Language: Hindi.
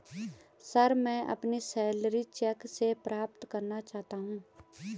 सर, मैं अपनी सैलरी चैक से प्राप्त करना चाहता हूं